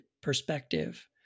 perspective